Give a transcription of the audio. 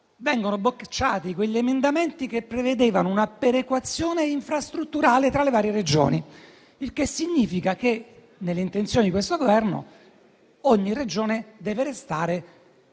bilancio degli emendamenti che prevedevano una perequazione infrastrutturale tra le varie Regioni. Ciò significa che nelle intenzioni di questo Governo ogni Regione deve restare